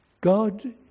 God